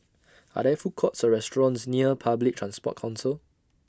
Are There Food Courts Or restaurants near Public Transport Council